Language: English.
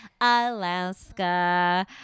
alaska